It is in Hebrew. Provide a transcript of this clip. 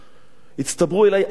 הצטברו אצלי עשרות תלונות,